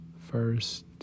First